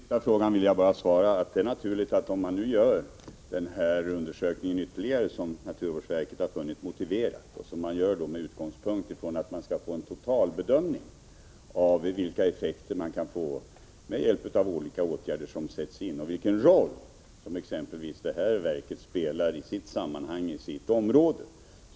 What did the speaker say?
Herr talman! På den sista frågan vill jag bara svara att det är naturligt att först göra den ytterligare undersökning som naturvårdsverket har funnit motiverad för att man skall få en total bedömning av vilka effekter man kan erhålla med hjälp av olika åtgärder som sätts in och vilken roll som exempelvis det här verket spelar i sitt sammanhang i sitt område.